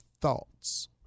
thoughts